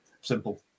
Simple